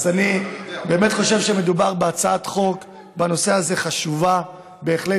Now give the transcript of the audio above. אז אני באמת חושב שמדובר בהצעת חוק שהיא חשובה בהחלט,